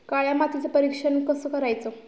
काळ्या मातीचे परीक्षण कसे करायचे?